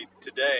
today